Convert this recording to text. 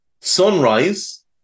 Sunrise